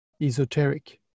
esoteric